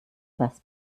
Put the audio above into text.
was